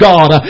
God